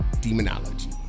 demonology